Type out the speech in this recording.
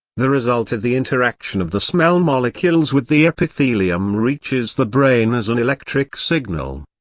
the result of the interaction of the smell molecules with the epithelium reaches the brain as an electric signal.